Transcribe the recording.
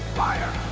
liar